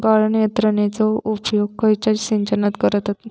गाळण यंत्रनेचो उपयोग खयच्या सिंचनात करतत?